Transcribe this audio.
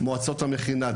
מועצות המכינה,